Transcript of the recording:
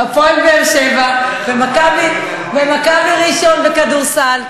"הפועל באר-שבע" ו"מכבי ראשון" בכדורסל,